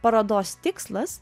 parodos tikslas